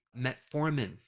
Metformin